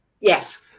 Yes